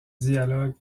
dialogue